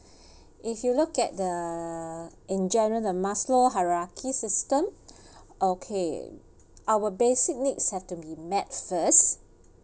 if you look at the in general the maslow hierarchy system okay our basic needs have to be met first